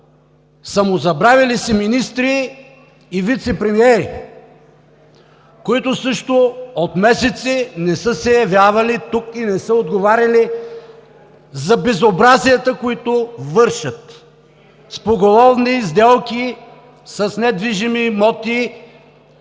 самозабравили се министри и вицепремиери, които също от месеци не са се явявали тук и не са отговаряли за безобразията, които вършат с поголовни сделки с недвижими имоти,